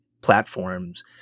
platforms